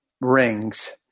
rings